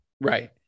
Right